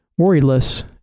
worryless